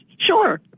Sure